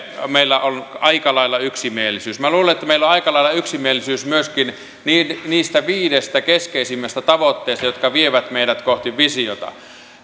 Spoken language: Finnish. meillä on aika lailla yksimielisyys minä luulen että meillä on aika lailla yksimielisyys myöskin niistä viidestä keskeisimmästä tavoitteesta jotka vievät meidät kohti visiota